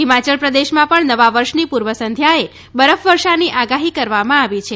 હિમાચલ પ્રદેશમાં પણ નવા વર્ષની પૂર્વ સંધ્યાએ બરફવર્ષાની આગાહી કરવામાં આવી છે